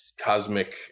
cosmic